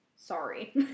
Sorry